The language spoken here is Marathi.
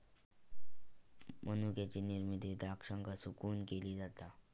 मनुक्याची निर्मिती द्राक्षांका सुकवून केली जाता